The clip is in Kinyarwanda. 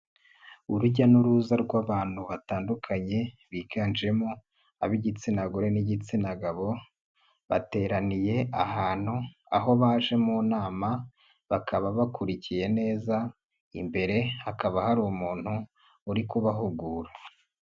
Urujya n'uruza rw'abantu batandukanye, biganjemo ab'igitsina gore n'igitsina gabo, bateraniye ahantu, aho baje mu nama, bakaba bakurikiye neza, imbere hakaba hari umuntu uri kubahugura.